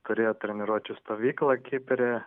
turėjo treniruočių stovyklą kipre